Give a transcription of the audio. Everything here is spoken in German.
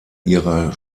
ihrer